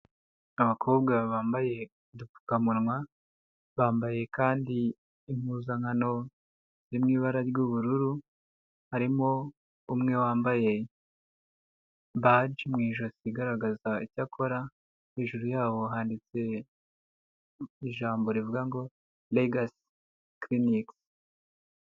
Abakobwa bambaye udupfukamunwa, bambaye kandi impuzankano iri mu ibara ry'ubururu, harimo umwe wambaye baji mu ijosi igaragaza icyo akora, hejuru yabo handitse ijambo rivuga ngo Legacy clinics.